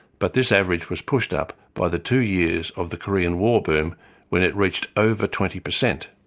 but this average was pushed up by the two years of the korean war boom when it reached over twenty percent.